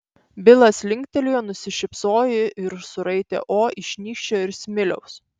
bilas linktelėjo nusišypsojo ir suraitė o iš nykščio ir smiliaus